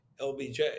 LBJ